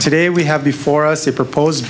today we have before us a propose